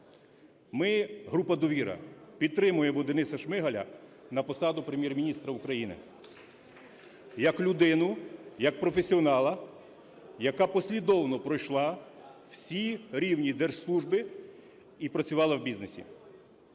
Ми, група "Довіра", підтримуємо Дениса Шмигаля на посаду Прем'єр-міністра України як людину, як професіонала, яка послідовно пройшла всі рівні держслужби і працювала в бізнесі.